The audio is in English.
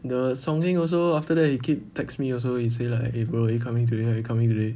the song heng also after that he keep text me also he say like eh bro are you coming today are you coming today